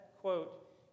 Quote